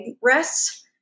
rests